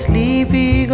Sleepy